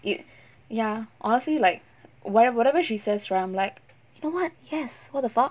ya honestly like whatever whatever she says right I'm like you know what yes what the fuck